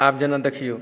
आब जेना देखिऔ